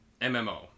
MMO